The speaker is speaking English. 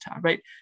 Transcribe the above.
right